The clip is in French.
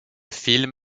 film